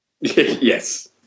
yes